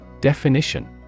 Definition